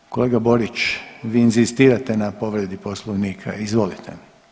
Ovaj kolega Borić, vi inzistirate na povredi Poslovnika, izvolite.